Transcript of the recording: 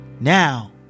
Now